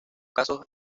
casos